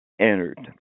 entered